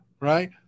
Right